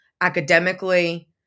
academically